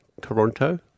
Toronto